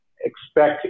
expect